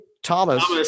Thomas